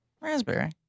Raspberry